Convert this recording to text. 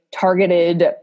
targeted